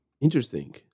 Interesting